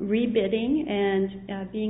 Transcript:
rebidding and being